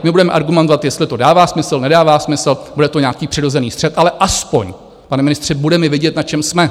My budeme argumentovat, jestli to dává smysl, nedává smysl, bude to nějaký přirozený střet, ale aspoň, pane ministře, budeme vidět, na čem jsme.